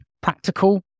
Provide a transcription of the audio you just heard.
practical